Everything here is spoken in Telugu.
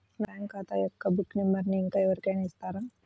నా బ్యాంక్ ఖాతా బుక్ యొక్క నంబరును ఇంకా ఎవరి కైనా ఇస్తారా?